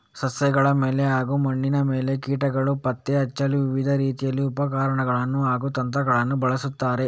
ಸಸ್ಯಗಳ ಮೇಲೆ ಹಾಗೂ ಮಣ್ಣಿನ ಮೇಲೆ ಕೀಟಗಳನ್ನು ಪತ್ತೆ ಹಚ್ಚಲು ವಿವಿಧ ರೀತಿಯ ಉಪಕರಣಗಳನ್ನು ಹಾಗೂ ತಂತ್ರಗಳನ್ನು ಬಳಸುತ್ತಾರೆ